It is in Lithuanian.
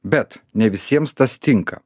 bet ne visiems tas tinka